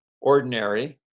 ordinary